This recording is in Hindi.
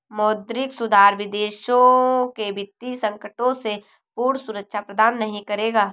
मौद्रिक सुधार विदेशों में वित्तीय संकटों से पूर्ण सुरक्षा प्रदान नहीं करेगा